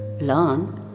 learn